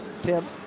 Tim